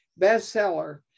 bestseller